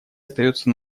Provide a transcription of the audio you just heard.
остается